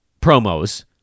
promos